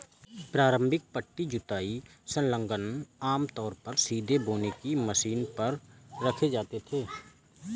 प्रारंभिक पट्टी जुताई संलग्नक आमतौर पर सीधे बोने की मशीन पर रखे जाते थे